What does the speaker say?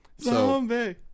Zombie